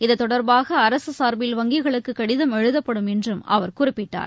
இதுதொடர்பாகஅரசுசார்பில் வங்கிகளுக்குகடிதம் எழுதப்படும் என்றும் அவர் குறிப்பிட்டார்